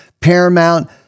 Paramount